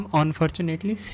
unfortunately